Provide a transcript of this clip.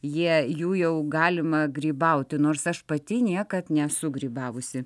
jie jų jau galima grybauti nors aš pati niekad nesu grybavusi